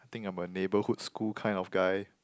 I think I'm a neighbourhood school kind of guy